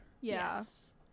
Yes